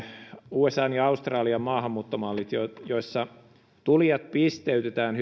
usan ja australian maahanmuuttomallit joissa tulijat pisteytetään